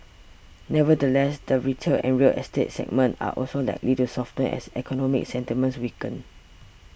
nevertheless the retail and real estate segments are also likely to soften as economic sentiments weaken